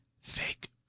fake